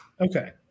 Okay